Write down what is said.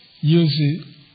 use